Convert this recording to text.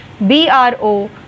bro